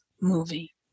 movie